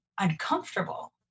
uncomfortable